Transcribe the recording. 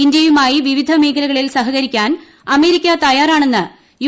ഇന്തൃയുമായി വിവിധ മേഖലകളിൽ സഹകരിക്കാൻ അമേരിക്ക തയ്യാറാണെന്ന് യു